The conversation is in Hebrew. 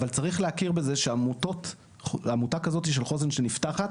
אבל צריך להכיר בזה שעמותה כזאת של חוסן שנפתחת